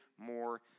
more